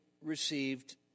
received